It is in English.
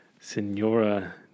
Senora